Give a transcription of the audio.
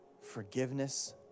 forgiveness